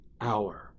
hour